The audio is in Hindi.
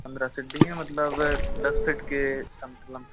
पंद्रह सीढ़ियाँ मतलब दस फ़ीट के